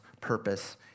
purpose